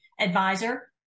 advisor